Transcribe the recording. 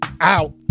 Out